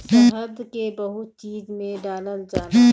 शहद के बहुते चीज में डालल जाला